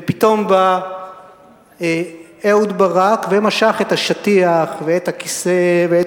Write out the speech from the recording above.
ופתאום בא אהוד ברק ומשך את השטיח ואת הכיסא ואת